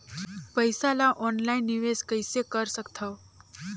पईसा ल ऑनलाइन निवेश कइसे कर सकथव?